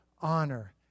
honor